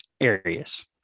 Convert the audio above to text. areas